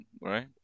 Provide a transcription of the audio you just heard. Right